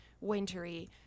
wintry